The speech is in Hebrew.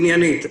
עניינית,